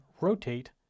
rotate